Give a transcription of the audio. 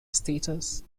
status